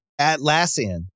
Atlassian